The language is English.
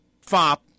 fop